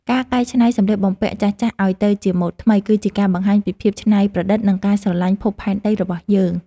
ការកែច្នៃសម្លៀកបំពាក់ចាស់ៗឱ្យទៅជាម៉ូដថ្មី គឺជាការបង្ហាញពីភាពច្នៃប្រឌិតនិងការស្រឡាញ់ភពផែនដីរបស់យើង។